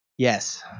Yes